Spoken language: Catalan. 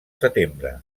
setembre